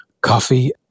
coffee